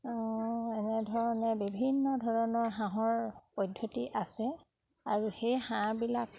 এনেধৰণে বিভিন্ন ধৰণৰ হাঁহৰ পদ্ধতি আছে আৰু সেই হাঁহবিলাক